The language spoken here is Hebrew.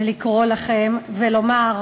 אני רוצה לסיים ולקרוא לכם ולומר: